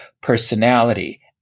personality